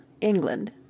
England